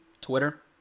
Twitter